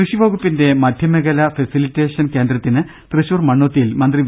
കൃഷി വകുപ്പിന്റെ മധ്യമേഖല ഫെസിലിറ്റേഷൻ കേന്ദ്രത്തിന് തൃശൂർ മണ്ണുത്തി യിൽ മന്ത്രി വി